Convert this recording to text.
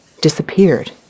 disappeared